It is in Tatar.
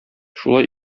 шулай